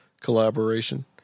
collaboration